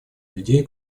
людей